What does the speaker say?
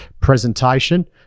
presentation